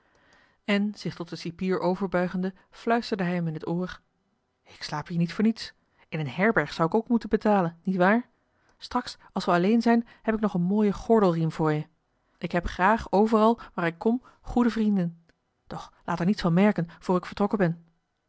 en zich tot den cipier overbuigende fluisterde hij hem in het oor ik slaap hier niet voor niets in eene herberg zou ik ook moeten betalen niet waar straks als we alleen zijn heb ik nog een mooien gordelriem voor je ik heb graag overal waar ik kom goede vrienden doch laat er niets van merken voor ik vertrokken ben